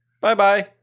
Bye-bye